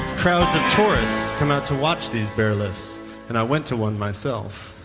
crowds of tourists come out to watch these bear lifts and i went to one myself